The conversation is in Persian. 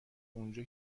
اونجا